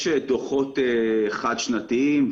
יש דוחות חד שנתיים.